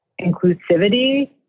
inclusivity